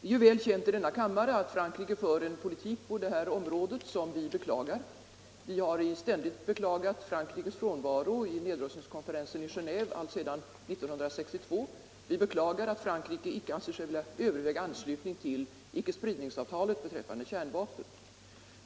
för. Det är väl känt i denna kammare att Frankrike för en politik på det här området som vi beklagar. Vi har ständigt beklagat Frankrikes frånvaro vid nedrustningskonferensen i Genéve, alltsedan 1962. Vi beklagar att Frankrike inte anser sig vilja överväga anslutning till icke-spridningsavtalet beträffande kärnvapen.